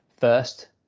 first